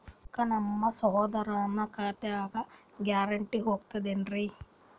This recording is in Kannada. ರೊಕ್ಕ ನಮ್ಮಸಹೋದರನ ಖಾತಕ್ಕ ಗ್ಯಾರಂಟಿ ಹೊಗುತೇನ್ರಿ?